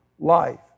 life